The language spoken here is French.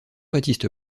baptiste